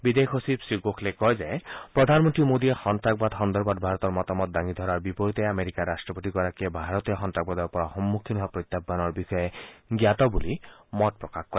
বিদেশ সচিব শ্ৰীগোখলেই কয় যে প্ৰধান মন্ত্ৰী মোডীয়ে সন্তাসবাদ সন্দৰ্ভত ভাৰতৰ মতামত দাঙি ধৰাৰ বিপৰীতে আমেৰিকা ৰাট্টপতিগৰাকীয়ে ভাৰতে সন্তাসবাদৰপৰা সন্মুখীন হোৱা প্ৰত্যাহানৰ বিষয়ে জ্ঞাত কৰি মত প্ৰকাশ কৰে